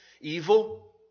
evil